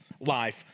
life